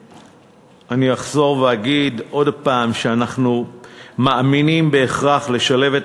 אחזור ואגיד עוד הפעם שאנחנו מאמינים בהכרח לשלב את